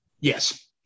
yes